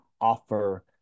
offer